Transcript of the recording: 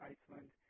Iceland